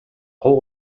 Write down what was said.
кол